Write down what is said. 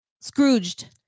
Scrooged